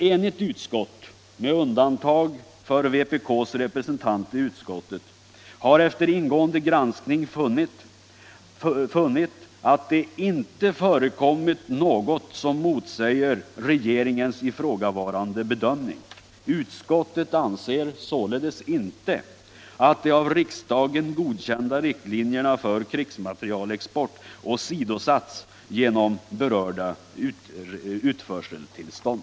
Ett med undantag för vpk:s representant enigt utskott har efter ingående granskning funnit, att det inte förekommit något som motsäger regeringens ifrågavarande bedömning. Utskottet anser således inte att de av riksdagen godkända riktlinjerna för krigsmaterielexport åsidosatts genom berörda utförseltillstånd.